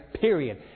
period